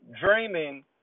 dreaming